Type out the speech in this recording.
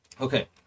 Okay